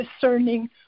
discerning